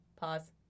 pause